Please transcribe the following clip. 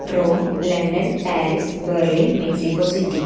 Rome London Paris Berlin Mexico city